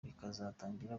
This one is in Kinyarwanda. bikazatangira